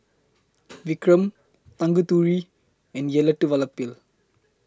Vikram Tanguturi and Elattuvalapil